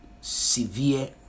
severe